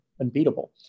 unbeatable